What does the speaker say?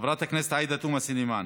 חברת הכנסת עאידה תומא סלימאן,